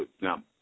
now